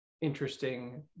interesting